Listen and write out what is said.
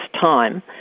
time